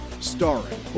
starring